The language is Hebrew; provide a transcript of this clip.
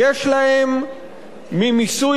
ממיסוי אמיתי של העשירים,